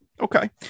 Okay